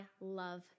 love